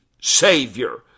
Savior